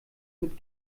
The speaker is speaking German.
mit